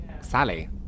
Sally